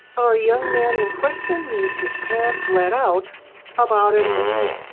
our young man in question needs his pants let out about an inch,